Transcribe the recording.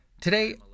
Today